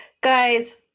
guys